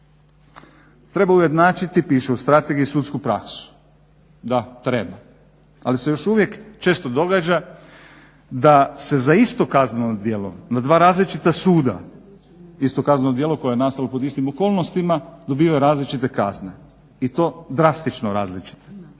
Treba ujednačiti, piše u Strategiji, sudsku praksu. Da, treba, ali se još uvijek često događa da se za isto kazneno djelo na dva različita suda, isto kazneno djelo koje je nastalo pod istim okolnostima dobiva različite kazne i to drastično različite.